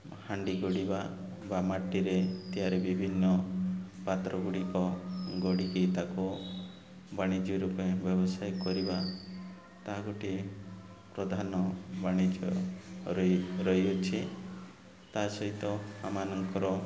ହାଣ୍ଡି ଗଡ଼ିବା ବା ମାଟିରେ ତିଆରି ବିଭିନ୍ନ ପାତ୍ର ଗୁଡ଼ିକ ଗଢ଼ିକି ତାକୁ ବାଣିଜ୍ୟ ରୂପେ ବ୍ୟବସାୟ କରିବା ତାହା ଗୋଟିଏ ପ୍ରଧାନ ବାଣିଜ୍ୟ ରହି ରହିଅଛି ତା ସହିତ ଆମମାନଙ୍କର